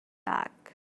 back